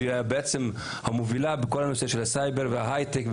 שהיא מובילה בכל הנושא של הסייבר וההייטק,